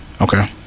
Okay